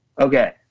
Okay